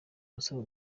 musore